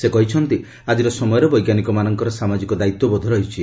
ସେ କହିଛନ୍ତି ଆଜିର ସମୟରେ ବୈଜ୍ଞାନିକମାନଙ୍କର ସାମାଜିକ ଦାୟିତ୍ୱବୋଧ ରହିଛି